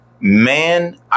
man